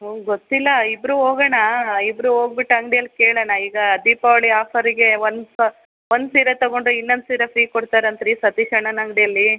ನಂಗೆ ಗೊತ್ತಿಲ್ಲ ಇಬ್ಬರು ಹೋಗೋಣ ಇಬ್ಬರು ಹೋಗಿಬಿಟ್ಟು ಅಂಗ್ಡಿಯಲ್ಲಿ ಕೇಳೋಣ ಈಗ ದೀಪಾವಳಿ ಆಫರಿಗೆ ಒಂದು ಒಂದು ಸೀರೆ ತಗೊಂಡರೆ ಇನ್ನೊಂದು ಸೀರೆ ಫ್ರೀ ಕೊಡ್ತಾರಂತೆ ರೀ ಸತೀಶಣ್ಣನ ಅಂಗಡಿಯಲ್ಲಿ